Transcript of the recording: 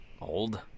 old